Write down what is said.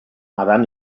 adán